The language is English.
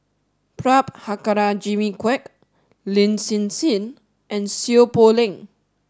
Prabhakara Jimmy Quek Lin Hsin Hsin and Seow Poh Leng